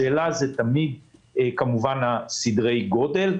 השאלה היא סדרי הגודל.